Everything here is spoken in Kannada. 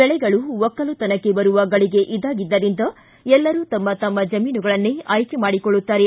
ಬೆಳೆಗಳು ಒಕ್ಕಲುತನಕ್ಕೆ ಬರುವ ಗಳಿಗೆ ಇದಾಗಿದ್ದರಿಂದ ಎಲ್ಲರೂ ತಮ್ಮ ತಮ್ಮ ಜಮೀನುಗಳನ್ನೇ ಆಯ್ಕೆ ಮಾಡಿಕೊಳ್ಳುತ್ತಾರೆ